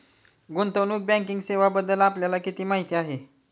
गुंतवणूक बँकिंग सेवांबद्दल आपल्याला किती माहिती आहे?